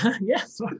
Yes